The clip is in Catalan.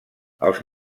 els